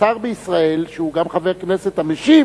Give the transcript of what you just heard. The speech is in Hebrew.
השר בישראל, שהוא גם חבר כנסת, המשיב